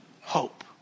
hope